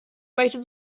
möchte